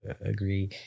agree